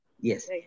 yes